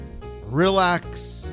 relax